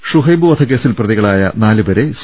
ഷുഹൈബ് വധക്കേസിൽ പ്രതികളായ നാലുപേരെ സി